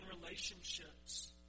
relationships